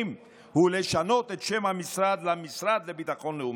הוא לשנות את שם המשרד למשרד לביטחון לאומי.